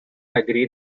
agree